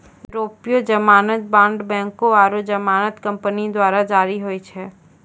यूरोपीय जमानत बांड बैंको आरु जमानत कंपनी द्वारा जारी होय छै